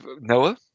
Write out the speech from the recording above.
Noah